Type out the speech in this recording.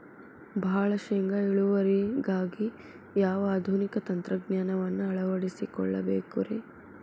ಭಾಳ ಶೇಂಗಾ ಇಳುವರಿಗಾಗಿ ಯಾವ ಆಧುನಿಕ ತಂತ್ರಜ್ಞಾನವನ್ನ ಅಳವಡಿಸಿಕೊಳ್ಳಬೇಕರೇ?